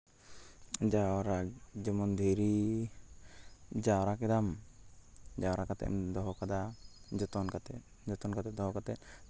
ᱡᱟᱣᱨᱟ ᱡᱮᱢᱚᱱ ᱫᱷᱤᱨᱤ ᱡᱟᱣᱨᱟ ᱠᱮᱫᱟᱢ ᱡᱟᱣᱨᱟ ᱠᱟᱛᱮᱫ ᱮᱢ ᱫᱚᱦᱚ ᱠᱟᱫᱟ ᱡᱚᱛᱚᱱ ᱠᱟᱛᱮᱫ ᱡᱚᱛᱚᱱ ᱠᱟᱛᱮᱫ ᱫᱚᱦᱚ ᱠᱟᱛᱮᱫ